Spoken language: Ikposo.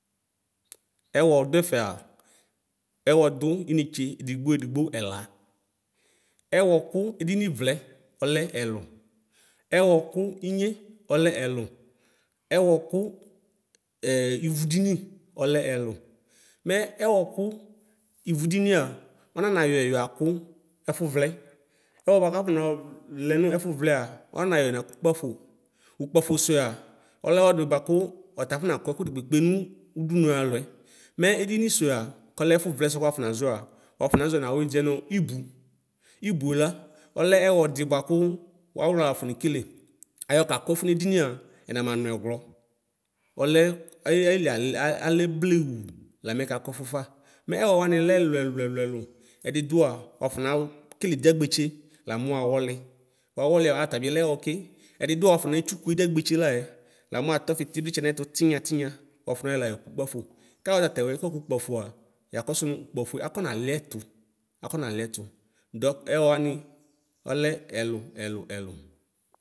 Ɛwɔ dʋɛfɛa ɛwɔ dʋ inetse edigbo edigbo ɛla awɔkʋ edini wlɛ ɔlɛ ɛlʋ ɛwɔkʋ inye ɔlɛ ɛlʋ ɛwɔkʋ ivʋdini ɔlɛ ɛlʋ mɛ ɛwɔkʋ ivʋdinia ɔnanayɔɛ yɔakʋ ɛfʋwlɛ ɛwɔ bʋakʋ nʋ ɛfʋvlɛ ɔnanayɔɛ nakʋ ʋkpafo sʋɛa ɔlɛ ɛwɔ di bʋakʋ ɔta akɔnakʋ ɛlʋ di kpekpe nʋ ʋdʋnʋ alɔɛ mɛ edinisʋɛa kɔkɛ ɛfʋwɛ suɛ kʋ wafɔnazɔɛa wafɔnazɔɛ nʋ adininʋ ibʋ ibuela ɔlɛ ɛwɔdi bʋakʋ wʋ awlixla la wɔfɔne kele ayɔ kaka ɛfʋ nedinia ɛna manʋ ɛwlɔ ɛlɛ ayia alɛ blewʋ lamɛ ɛkakʋ ɛfʋfa ɛwɔ wani alɛ ɛlʋ ɛlʋ ɛlʋ edini dʋa wafɔna nekele ediyagbetse lamʋ wawɔli wawɔlia atabilɛ ke ɛdidu wɔfɔnetsʋ ediyagbetse layɛ lamʋ watɔfi itiblitsɛ nayɛtʋ tinya tinya wafɔnayɔɛ la yɔkʋ ʋkpafo kayɛ tatɛwɛ fayɔkʋ ʋkpafoa yakɔsʋ nʋ ʋkpafoe akɔna liɛtʋ afɔ nuliɛtʋ dɔk ɛwɔ wani ɔlɛ ɛlʋ ɛlʋ ɛlʋ.